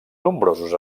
nombrosos